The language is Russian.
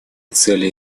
цели